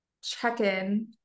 check-in